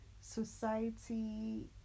society